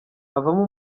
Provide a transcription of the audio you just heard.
avamo